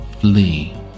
flee